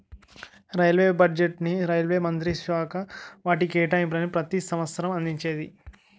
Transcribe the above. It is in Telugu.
రైల్వే బడ్జెట్ను రైల్వే మంత్రిత్వశాఖ వాటి కేటాయింపులను ప్రతి సంవసరం అందించేది